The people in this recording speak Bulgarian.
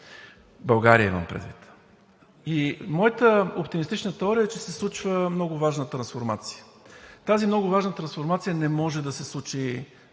България имам предвид. Моята оптимистична теория е, че се случва много важна трансформация. Тази много важна трансформация не може да се случи